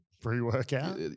pre-workout